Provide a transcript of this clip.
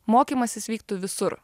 mokymasis vyktų visur